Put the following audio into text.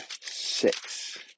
six